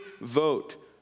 vote